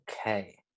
Okay